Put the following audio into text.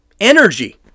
energy